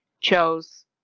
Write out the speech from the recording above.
chose